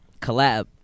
Collab